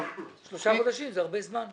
שלושה חודשים זה הרבה זמן.